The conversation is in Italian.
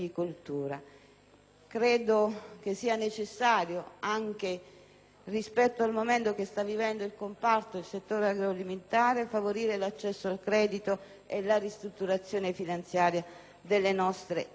Credo sia necessario, anche rispetto al momento che sta vivendo il comparto agroalimentare, favorire l'accesso al credito e la ristrutturazione finanziaria delle nostre imprese.